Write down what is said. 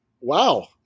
Wow